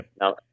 no